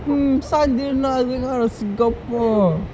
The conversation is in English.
mm sun didn't know that I was going out of singapore